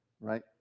Right